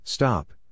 Stop